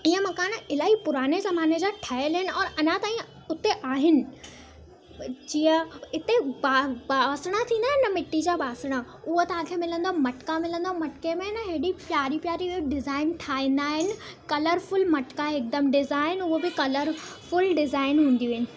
इहे मकान इलाही पुराणे ज़माने जा ठहियलु आहिनि और अञा ताईं उते आहिनि जीअं इते पा बासण थींदा आहिनि मिटी जा बासण उहो तव्हांखे मिलंदो मटका मिलंदो मटके में हेॾी प्यारी प्यारी डिज़ाइन ठाहींदा आहिनि कलरफुल मटका हिकदमि डिज़ाइन उहो बि कलरफुल डिज़ाइन हूंदियूं आहिनि